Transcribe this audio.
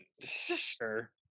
Sure